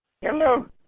Hello